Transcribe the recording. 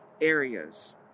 areas